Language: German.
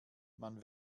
man